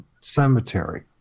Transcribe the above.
cemetery